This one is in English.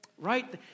Right